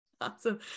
Awesome